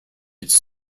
its